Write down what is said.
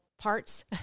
parts